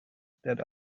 that